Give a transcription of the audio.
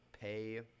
pay